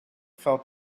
fell